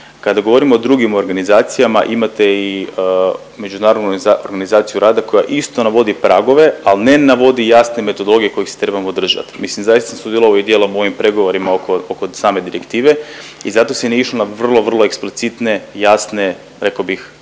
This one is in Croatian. Kada govorimo o drugim organizacijama, imate i Međunarodnu organizaciju rada koja isto navodi pragove, ali ne navodi jasne metodologije kojih se trebamo držati. Mi smo zaista sudjelovali dijelom u ovim pregovorima oko same direktive i zato se nije išlo na vrlo, vrlo eksplicitne, jasne, rekao bih,